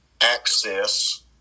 access